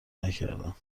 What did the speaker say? نکردم